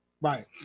Right